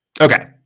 Okay